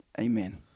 Amen